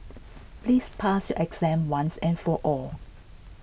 please pass your exam once and for all